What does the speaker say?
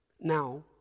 now